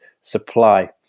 supply